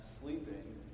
sleeping